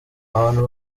abantu